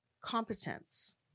competence